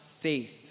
faith